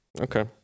Okay